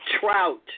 trout